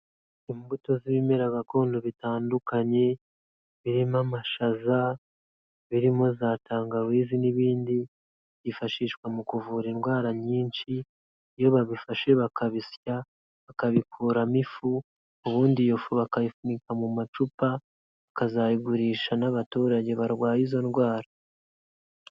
Imbuto z'ibimera gakondo bitandukanye, birimo amashaza, birimo za tangawizi n'ibindi, byifashishwa mu kuvura indwara nyinshi, iyo babifashe bakabisya, bakabikuramo ifu, ubundi iyo bakayipfunyika mu macupa, bakazayigurisha n'abaturage barwaye izo ndwara.